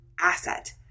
asset